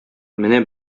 менә